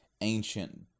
ancient